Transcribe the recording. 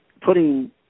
putting